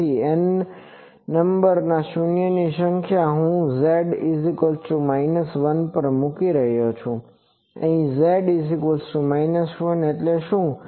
તેથી n નંબરના શૂન્યની સંખ્યા હું Ƶ 1 પર મૂકી રહ્યો છું Ƶ 1 એટલે શું